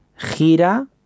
gira